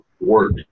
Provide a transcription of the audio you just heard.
work